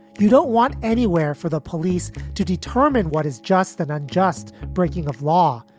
you don't want anywhere for the police to determine what is just an unjust breaking of law.